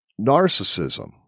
narcissism